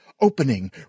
opening